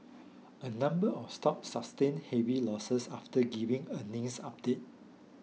a number of stocks sustained heavy losses after giving earnings updates